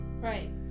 Right